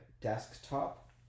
desktop